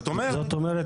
זאת אומרת,